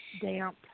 Damp